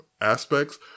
aspects